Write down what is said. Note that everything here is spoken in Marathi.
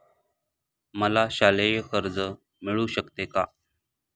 मला शालेय कर्ज मिळू शकते का?